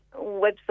website